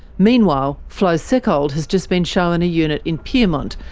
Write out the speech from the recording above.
meanwhile, flo seckold has just been shown a unit in pyrmont,